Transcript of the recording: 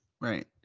Right